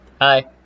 hi